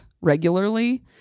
regularly